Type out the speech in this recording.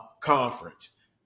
conference